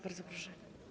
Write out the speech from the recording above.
Bardzo proszę.